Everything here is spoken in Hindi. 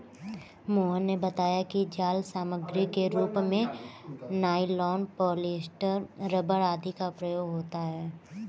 मोहन ने बताया कि जाल सामग्री के रूप में नाइलॉन, पॉलीस्टर, रबर आदि का प्रयोग होता है